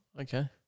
okay